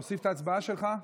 להוסיף את ההצבעה שלך?